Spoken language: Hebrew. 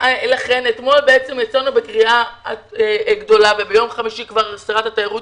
אתמול יצאנו בקריאה גדולה - וביום חמישי כבר שרת התיירות